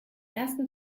ersten